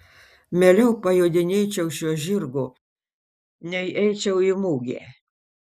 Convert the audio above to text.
mieliau pajodinėčiau šiuo žirgu nei eičiau į mugę